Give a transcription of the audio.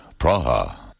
Praha